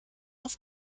auf